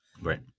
Right